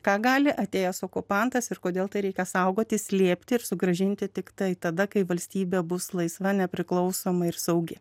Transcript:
ką gali atėjęs okupantas ir kodėl tai reikia saugoti slėpti ir sugrąžinti tiktai tada kai valstybė bus laisva nepriklausoma ir saugi